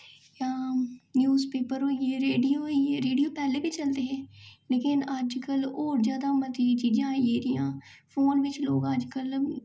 newspaper होई गे radio होई गे रेडियो पैह्ले बी चलदे हे लेकिन अजकल्ल होर जैदा मतियां चीज़ां आई गेदियां फोन बिच्च लोग अजकल्ल